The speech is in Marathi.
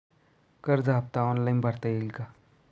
कर्ज हफ्ता ऑनलाईन भरता येईल का?